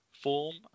form